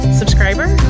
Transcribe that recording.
subscriber